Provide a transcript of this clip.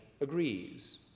agrees